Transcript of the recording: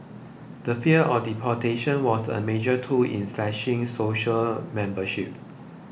the fear of deportation was a major tool in slashing society membership